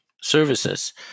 services